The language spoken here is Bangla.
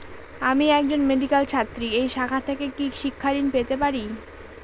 আমি একজন মেডিক্যাল ছাত্রী এই শাখা থেকে কি শিক্ষাঋণ পেতে পারি?